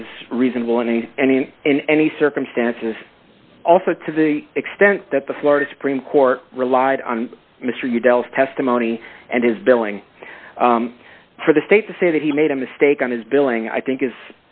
is reasonable in any and in any circumstances also to the extent that the florida supreme court relied on mr hugh dell's testimony and his billing for the state to say that he made a mistake on his billing i think is